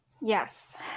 Yes